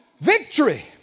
victory